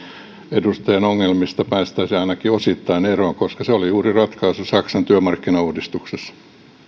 edustajan ongelmista päästäisiin ainakin osittain eroon koska se oli juuri ratkaisu saksan työmarkkinauudistuksessa